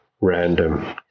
random